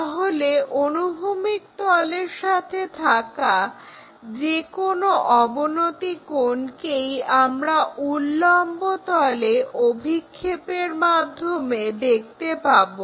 তাহলে অনুভূমিক তলের সাথে থাকা যেকোনো অবনতি কোণকেই আমরা উল্লম্ব তলে অভিক্ষেপের মাধ্যমে দেখতে পাবো